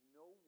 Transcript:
no